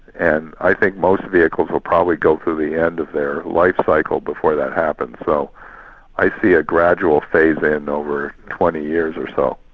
and i think most vehicles will probably go through the end of their life cycle before that happens. so i see a gradual phase-in and over twenty years or so.